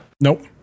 Nope